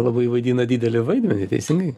labai vaidina didelį vaidmenį teisingai